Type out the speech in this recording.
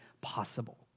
possible